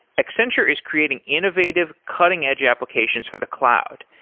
accenture is creating innovative, cutting edge applications for the cloud.